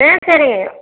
ஆ சரிங்க